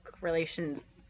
relations